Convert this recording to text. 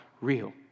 real